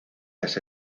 las